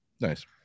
nice